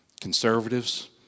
Conservatives